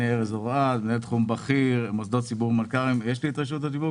אני ראיתי שכר מנכ"ל במקום אחד שהוא 7,000,